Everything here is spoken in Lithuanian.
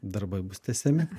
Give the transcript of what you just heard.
darbai bus tęsiami